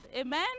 amen